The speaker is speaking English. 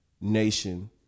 nation